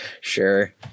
sure